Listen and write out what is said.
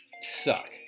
suck